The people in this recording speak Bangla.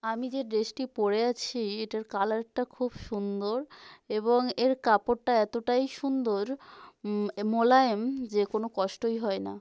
আমি যে ড্রেসটি পরে আছি এটার কালারটা খুব সুন্দর এবং এর কাপড়টা এতটাই সুন্দর মোলায়েম যে কোনো কষ্টই হয় না